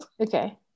Okay